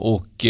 Och